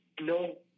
no